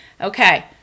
Okay